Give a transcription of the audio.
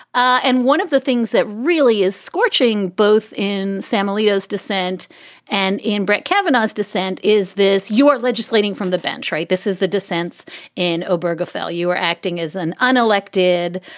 and one of the things that really is scorching both in sam alito's dissent and in brett kavanaugh's dissent is this. you are legislating from the bench, right? this is the dissents and oberg afl. you are acting as an unelected,